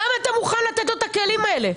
למה אתה מוכן לתת לו את הכלים האלה?